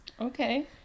Okay